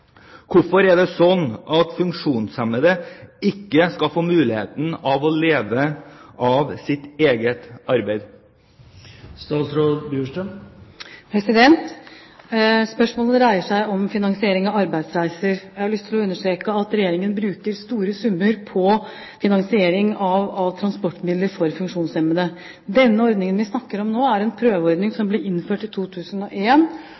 få muligheten til å leve av sitt eget arbeid? Spørsmålet dreier seg om finansiering av arbeidsreiser. Jeg har lyst til å understreke at Regjeringen bruker store summer på finansiering av transportmidler for funksjonshemmede. Denne ordningen vi snakker om nå, er en prøveordning